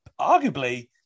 arguably